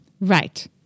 Right